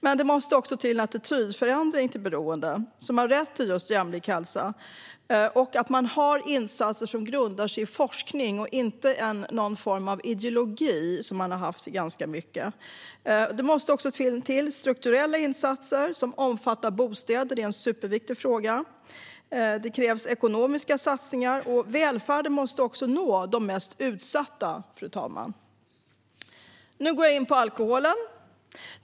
Men det måste också till en attitydförändring när det gäller beroende. De har rätt till jämlik hälsa. Det ska finnas insatser som grundas på forskning och inte på någon form av ideologi, som det har varit i stor utsträckning. Det måste också till strukturella insatser som omfattar bostäder. Det är en superviktig fråga. Det krävs ekonomiska satsningar. Välfärden måste nå också de mest utsatta. Fru talman! Nu går jag in på alkoholen.